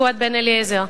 פואד בן-אליעזר.